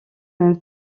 même